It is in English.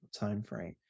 timeframe